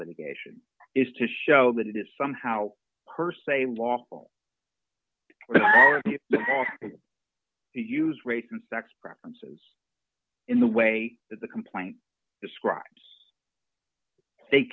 litigation is to show that it is somehow per se lawful to use race and sex preferences in the way that the complaint describes they